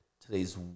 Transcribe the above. today's